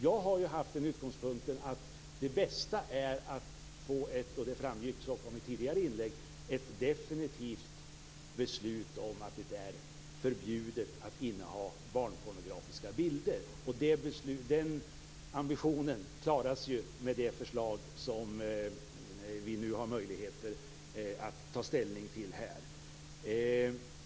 Jag har haft den utgångspunkten att det bästa är att få - det framgick av mitt inlägg - ett definitivt beslut om att det är förbjudet att inneha barnpornografiska bilder. Den ambitionen klaras med det förslag som vi nu har möjligheter att ta ställning till här.